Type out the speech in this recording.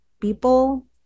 people